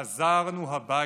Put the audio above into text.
חזרנו הביתה,